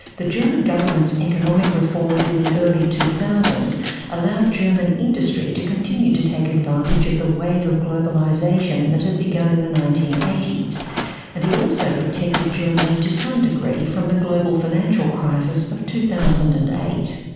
the german government's economic reforms in the early two thousand s allowed german industry to continue to take advantage of the wave of globalisation that had begun in the nineteen eighty s and it also protected germany to some degree from the global financial crisis of two thousand and eight.